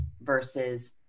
versus